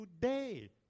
today